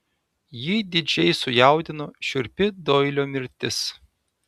jį didžiai sujaudino šiurpi doilio mirtis